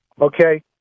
okay